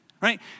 right